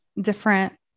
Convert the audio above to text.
different